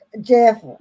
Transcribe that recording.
Jeff